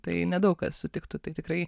tai nedaug kas sutiktų tai tikrai